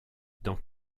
dans